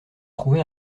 trouvé